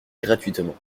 gratuitement